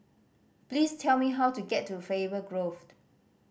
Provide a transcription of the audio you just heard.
please tell me how to get to Faber Grove